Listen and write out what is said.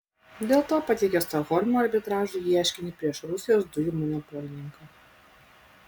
dėl to pateikė stokholmo arbitražui ieškinį prieš rusijos dujų monopolininką